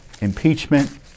Impeachment